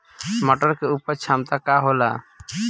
मटर के उपज क्षमता का होला?